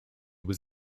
was